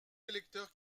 électeurs